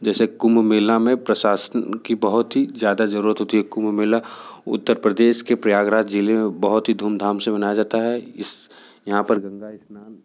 जैसे कुम्भ मेला में प्रशासन की बहुत ही ज्यादा ज़रूरत होती है कुम्भ मेला उत्तर प्रदेश के प्रयागराज जिले में बहुत ही धूमधाम से मनाया जाता है इस यहाँ पर गंगा स्नान